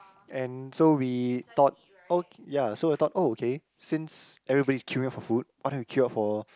and so we thought oh ya so we thought okay since everybody is queuing up for food why don't we queue up for